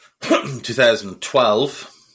2012